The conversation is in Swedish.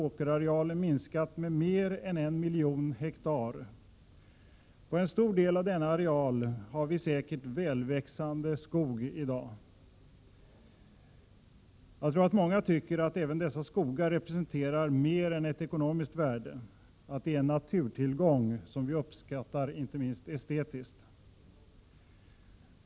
åkerarealen minskat med mer än en miljon hektar. På en stor del av denna areal har vi säkert välväxande skog i dag. Jag tror att många tycker att även dessa skogar representerar mer än ett ekonomiskt värde, att de är en naturtillgång som vi uppskattar inte minst estetiskt.